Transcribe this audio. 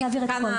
נעביר הכול.